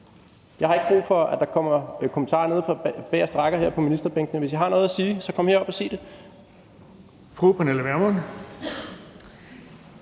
Jeg har ikke brug for, at der kommer kommentarer nede fra de bagerste rækker af ministerbænkene. Hvis I har noget at sige, så kom herop og sig det.